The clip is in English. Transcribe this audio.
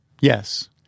yes